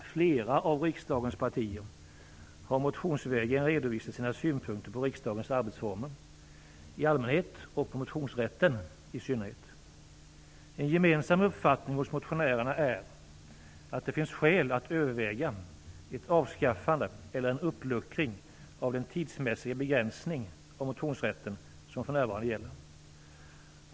Fru talman! Flera av riksdagens partier har motionsvägen redovisat sina synpunkter på riksdagens arbetsformer i allmänhet och på motionsrätten i synnerhet. En gemensam uppfattning hos motionärerna är att det finns skäl att överväga ett avskaffande eller en uppluckring av den tidsmässiga begränsning av motionsrätten som för närvarande gäller.